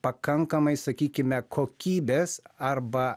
pakankamai sakykime kokybės arba